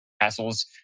castles